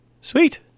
sweet